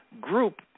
group